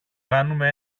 κάνουμε